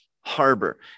harbor